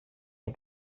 wir